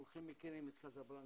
כולכם מכירים את קזבלנקה,